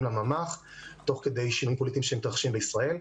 לממ"ח תוך כדי שינויים פוליטיים שמתרחשים בישראל.